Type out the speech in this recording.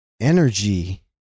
energy